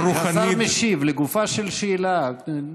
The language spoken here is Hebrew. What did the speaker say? השר משיב לגופה של שאלה.